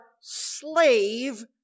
slave